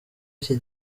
iki